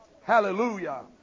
Hallelujah